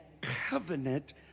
covenant